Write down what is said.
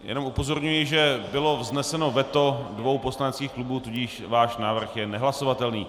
Jenom upozorňuji, že bylo vzneseno veto dvou poslaneckých klubů, tudíž váš návrh je nehlasovatelný.